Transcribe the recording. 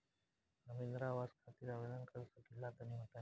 हम इंद्रा आवास खातिर आवेदन कर सकिला तनि बताई?